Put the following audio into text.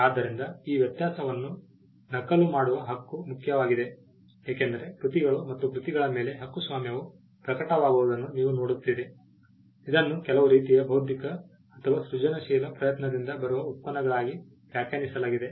ಆದ್ದರಿಂದ ಈ ವ್ಯತ್ಯಾಸವನ್ನು ನಕಲು ಮಾಡುವ ಹಕ್ಕು ಮುಖ್ಯವಾಗಿದೆ ಏಕೆಂದರೆ ಕೃತಿಗಳು ಮತ್ತು ಕೃತಿಗಳ ಮೇಲೆ ಹಕ್ಕುಸ್ವಾಮ್ಯವು ಪ್ರಕಟವಾಗುವುದನ್ನು ನೀವು ನೋಡುತ್ತೀರಿ ಇದನ್ನು ಕೆಲವು ರೀತಿಯ ಬೌದ್ಧಿಕ ಅಥವಾ ಸೃಜನಶೀಲ ಪ್ರಯತ್ನದಿಂದ ಬರುವ ಉತ್ಪನ್ನಗಳಾಗಿ ವ್ಯಾಖ್ಯಾನಿಸಲಾಗಿದೆ